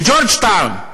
בג'ורג'טאון,